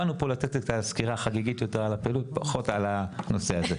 באנו יותר בשביל לתת סקירה החגיגית על הפעילות ופחות על הנושא הזה.